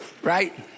right